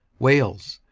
wales.